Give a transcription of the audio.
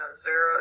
zero